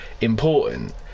important